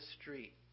street